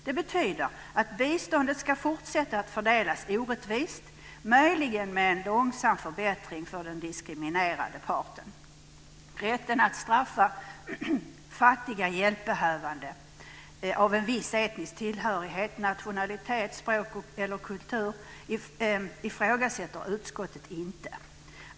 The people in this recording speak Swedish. Det betyder att biståndet ska fortsätta att fördelas orättvist, möjligen med en långsam förbättring för den diskriminerade parten. Rätten att straffa fattiga hjälpbehövande av en viss etnisk tillhörighet, nationalitet, språkgrupp eller kultur ifrågasätter utskottet inte.